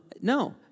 no